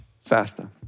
faster